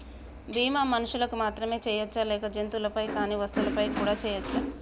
బీమా మనుషులకు మాత్రమే చెయ్యవచ్చా లేక జంతువులపై కానీ వస్తువులపై కూడా చేయ వచ్చా?